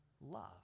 love